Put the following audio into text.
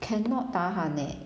cannot tahan eh